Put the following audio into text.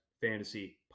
fantasy